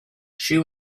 she